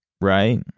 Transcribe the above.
Right